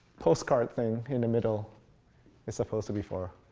postcard thing in the middle is supposed to be for?